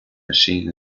machine